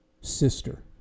sister